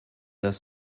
das